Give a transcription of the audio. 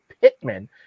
Pittman